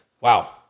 wow